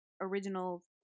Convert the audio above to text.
original